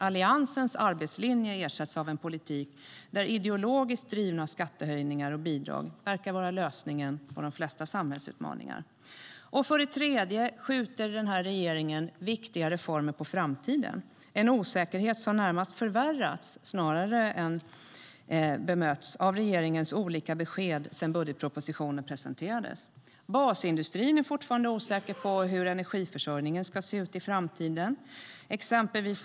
Alliansens arbetslinje ersätts av en politik där ideologiskt drivna skattehöjningar och bidrag verkar vara lösningen på de flesta samhällsutmaningar. För det tredje skjuter den här regeringen viktiga reformer på framtiden. Det finns en osäkerhet som närmast förvärrats snarare än bemötts av regeringens olika besked sedan budgetpropositionen presenterades. Basindustrin är fortfarande osäker på hur energiförsörjningen ska se ut i framtiden.